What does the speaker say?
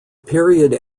period